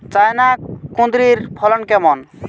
China কুঁদরীর ফলন কেমন?